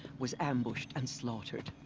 was ambushed, and slaughtered.